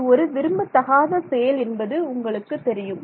இது ஒரு விரும்பத்தகாத செயல் என்பது உங்களுக்கு தெரியும்